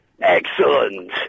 Excellent